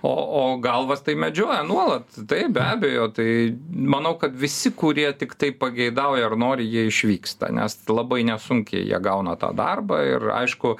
o o galvas tai medžioja nuolat taip be abejo tai manau kad visi kurie tiktai pageidauja ar nori jie išvyksta nes labai nesunkiai jie gauna tą darbą ir aišku